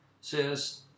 says